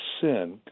sin